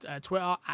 Twitter